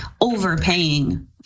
overpaying